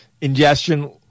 ingestion